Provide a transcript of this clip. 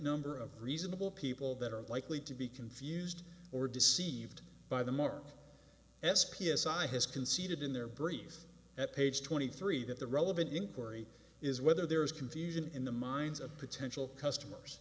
number of reasonable people that are likely to be confused or deceived by the more s p s i has conceded in their briefs at page twenty three that the relevant inquiry is whether there is confusion in the minds of potential customers